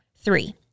Three